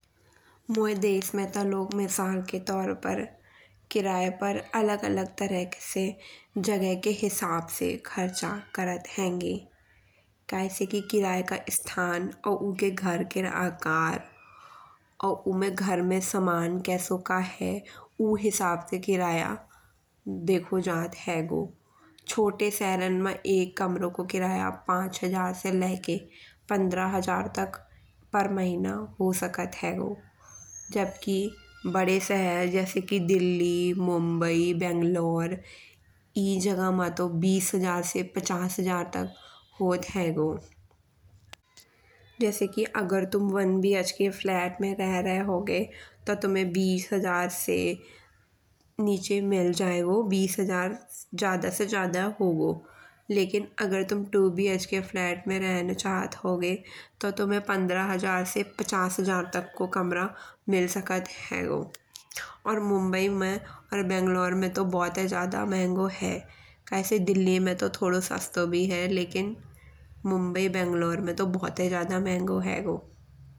मोये देश में तो लोग के तौर पर किराए से अलग अलग तरह से जगह के हिसाब से खरचा करत हेंगे। काय से कि किराए का स्थल और उके घर केर आकार और उमे घर में समान कैसो का ह। ऊ हिसाब से किराया देखो जात हेगो। छोटे शहरन मा एक कमरो को किराया पांच हजार से लाइके पंद्रह हजार तक पर महीना हो सकत हेगो। जब कि बड़े शहर जैसे कि दिल्ली मुंबई बेंगलोर ई जगह मा तो बीस हजार से पचास हजार तक होत हेगो। जैसे कि तिम 1बीएच के फ्लैट में रह रहे होगे तो तुम्हे बीस हजार से नीचे मिल जाएगो बीस हजार ज्यादा से ज्यादा होयगो। लेकिन अगर तुम 2बीएच के फल्त मा रहन चाहत होगे तो तुम्हे पंद्रह हजार से पचास हजार तक को कमरा मिल सकत हेगो। और मुंबई में और बेंगलोर में तो भोताई ज्यादा महंगो है। काय से दिल्ली में थोडो सस्तो भी है। लेकिन मुंबई बेंगलोर में तो भोताई ज्यादा महंगो हेगो।